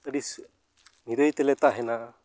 ᱟᱹᱰᱤ ᱱᱤᱨᱟᱹᱭ ᱛᱮᱞᱮ ᱛᱟᱦᱮᱱᱟ